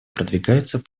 продвигается